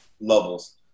levels